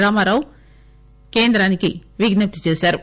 రామారావు కేంద్రానికి విజ్స ప్తి చేశారు